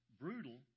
brutal